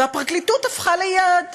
והפרקליטות הפכה ליעד.